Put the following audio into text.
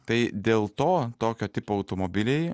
tai dėl to tokio tipo automobiliai